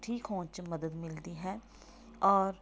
ਠੀਕ ਹੋਣ 'ਚ ਮਦਦ ਮਿਲਦੀ ਹੈ ਔਰ